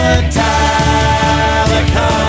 Metallica